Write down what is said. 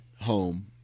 home